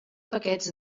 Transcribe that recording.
paquets